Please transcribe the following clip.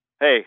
hey